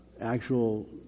actual